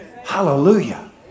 Hallelujah